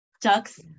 ducks